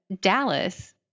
Dallas